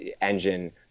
Engine